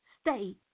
stay